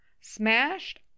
Smashed